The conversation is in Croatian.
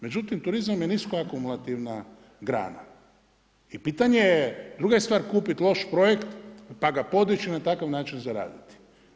Međutim, turizam je nisko akumulativna grana i pitanje je, druga je stvar kupit loš projekt pa ga podići na takav način zaraditi.